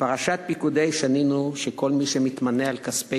בפרשת פקודי שנינו שכל מי שמתמנה על כספי